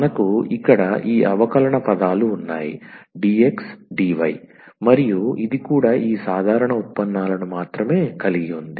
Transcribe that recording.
మనకు ఇక్కడ ఈ అవకలన పదాలు ఉన్నాయి 𝑑𝑥 𝑑𝑦 మరియు ఇది కూడా ఈ సాధారణ ఉత్పన్నాలను మాత్రమే కలిగి ఉంది